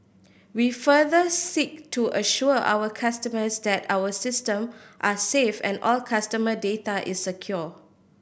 we further seek to assure our customers that our system are safe and all customer data is secure